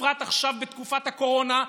בפרט עכשיו בתקופת הקורונה,